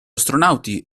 astronauti